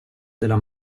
della